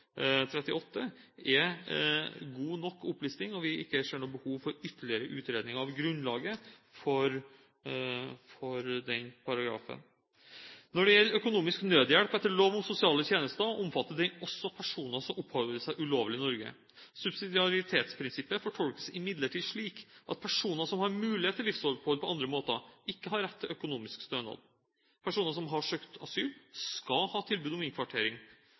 38, er god nok opplisting, og vi ser ikke noe behov for ytterligere utredning av grunnlaget for den paragrafen. Når det gjelder økonomisk nødhjelp etter lov om sosiale tjenester, omfatter den også personer som oppholder seg ulovlig i Norge. Subsidiaritetsprinsippet fortolkes imidlertid slik at personer som har mulighet til livsopphold på andre måter, ikke har rett til økonomisk stønad. Personer som har søkt asyl, skal ha tilbud om innkvartering.